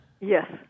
Yes